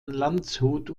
landshut